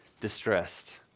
distressed